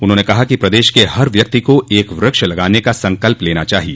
उन्होंने कहा कि प्रदेश के हर व्यक्ति को एक वृक्ष लगाने का संकल्प लेना चाहिए